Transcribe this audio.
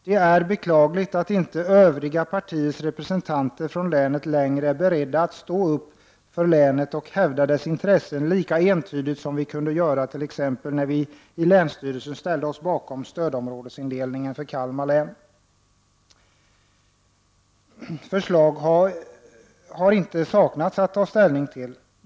Det är beklagligt att inte övriga partiers representanter från länet längre är beredda att stå upp för länet och hävda dess intressen lika entydigt som vi kunde göra t.ex. när vi i länsstyrelsen ställde oss bakom stödområdesindelningen för Kalmar län. Förslag att ta ställning till har inte saknats.